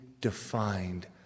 defined